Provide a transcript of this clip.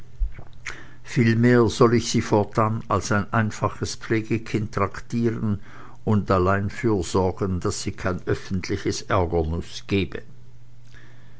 vielmehr soll ich sie fortan als ein einfaches pflegekind tractiren und allein fürsorgen daß sie kein öffentlich ärgernuß gebe